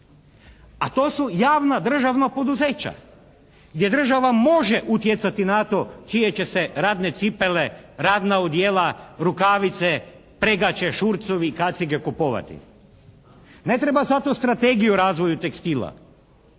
A to su javna državna poduzeća gdje država može utjecati na to čije će se radne cipele, radna odijela, rukavice, pregače, šurcovi i kacige kupovati. Ne treba zato strategiju u razvoju tekstila